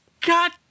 God